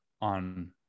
on